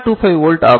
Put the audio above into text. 25 volt ஆகும்